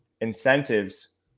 incentives